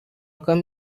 come